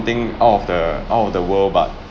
thing out of the out of the world but